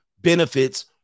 benefits